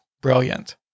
brilliant